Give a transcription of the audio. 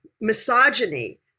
misogyny